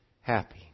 happy